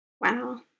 Wow